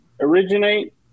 originate